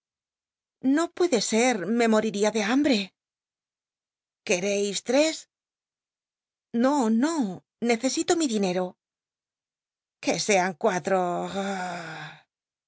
no puede ser me moriría de hambre quereis tres no no necesi to mi dinero que sean cuatro